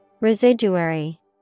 Residuary